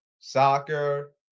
Soccer